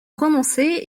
prononcés